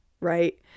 right